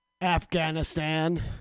Afghanistan